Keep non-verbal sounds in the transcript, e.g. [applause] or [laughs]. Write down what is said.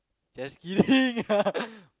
just kidding [laughs]